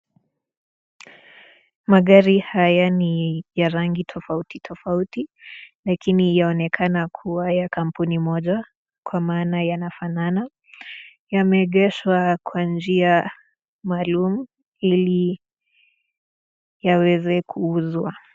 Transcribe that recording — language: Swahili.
Magari haya ni ya rangi tofauti tofauti lakini yaonekana kuwa ya kampuni moja kwa maana yanafanana. Yameegeshwa kwa njia maalum ili yaweze kuuzwa.